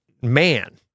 man